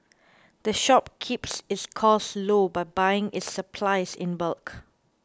the shop keeps its costs low by buying its supplies in bulk